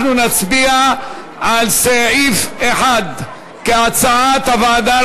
אנחנו נצביע על סעיף 1 כהצעת הוועדה.